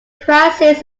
crisis